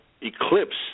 eclipse